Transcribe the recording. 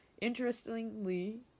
Interestingly